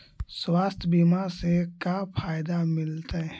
स्वास्थ्य बीमा से का फायदा मिलतै?